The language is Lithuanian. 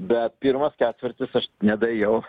bet pirmas ketvirtis aš nedaėjau